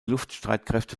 luftstreitkräfte